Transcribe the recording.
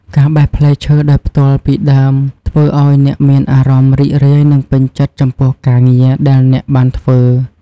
ការបេះផ្លែឈើដោយផ្ទាល់ពីដើមធ្វើឱ្យអ្នកមានអារម្មណ៍រីករាយនិងពេញចិត្តចំពោះការងារដែលអ្នកបានធ្វើ។